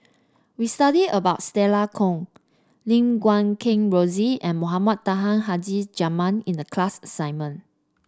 we studied about Stella Kon Lim Guat Kheng Rosie and Mohamed Taha Haji Jamil in the class assignment